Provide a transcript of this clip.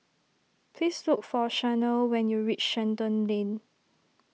please look for Shanell when you reach Shenton Lane